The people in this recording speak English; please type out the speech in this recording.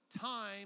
time